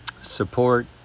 support